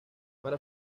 para